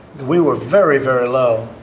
we were very, very low.